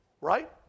right